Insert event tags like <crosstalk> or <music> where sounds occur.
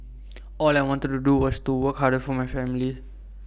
<noise> all I wanted to do was to work harder for my family